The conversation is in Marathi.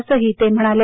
असंही ते म्हणाले